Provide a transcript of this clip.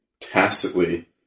tacitly